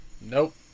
Nope